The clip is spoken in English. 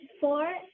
Four